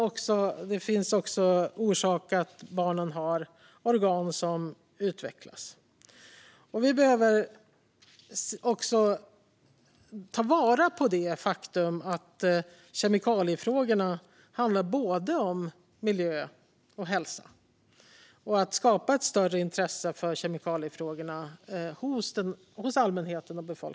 Barnen har också organ som utvecklas. Kemikaliefrågorna handlar om både miljö och hälsa. Just därför behöver vi skapa ett större intresse för kemikaliefrågorna hos allmänheten.